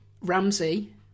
Ramsey